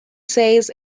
says